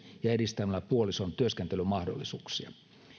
ja edistämällä puolison työskentelymahdollisuuksia